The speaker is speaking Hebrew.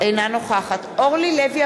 אינה נוכחת אורלי לוי